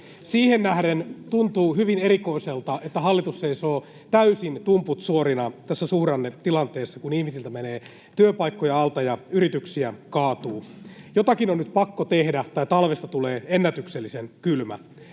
Siihen nähden tuntuu hyvin erikoiselta, että hallitus seisoo täysin tumput suorina tässä suhdannetilanteessa, kun ihmisiltä menee työpaikkoja alta ja yrityksiä kaatuu. Jotakin on nyt pakko tehdä, tai talvesta tulee ennätyksellisen kylmä.